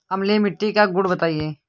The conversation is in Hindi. अम्लीय मिट्टी का गुण बताइये